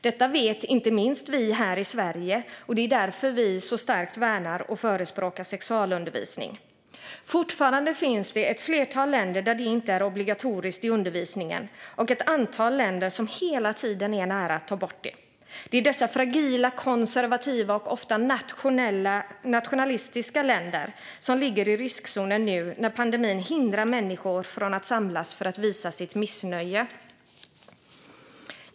Detta vet inte minst vi här i Sverige, och det är därför vi så starkt värnar och förespråkar sexualundervisning. Fortfarande finns ett flertal länder där det inte är obligatoriskt i undervisningen och ett antal länder som hela tiden är nära att ta bort det. Det är dessa fragila, konservativa och oftast nationalistiska länder som ligger i riskzonen nu när pandemin hindrar människor från att samlas för att visa sitt missnöje.